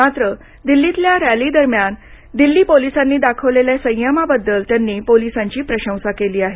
मात्र दिल्लीतल्या रॅलीदरम्यान दिल्ली पोलिसांनी दाखवलेल्या संयमाबद्दल त्यांनी पोलिसांची प्रशंसा केली आहे